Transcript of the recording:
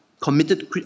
committed